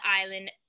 Island